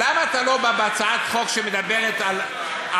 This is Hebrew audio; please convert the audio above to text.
למה אתה לא בא בהצעת חוק שמדברת על מעשים